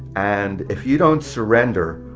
and if you don't surrender,